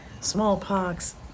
smallpox